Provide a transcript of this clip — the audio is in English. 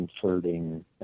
converting